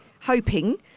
hoping